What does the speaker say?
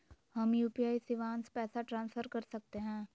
हम यू.पी.आई शिवांश पैसा ट्रांसफर कर सकते हैं?